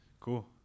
cool